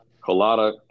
Colada